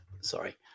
sorry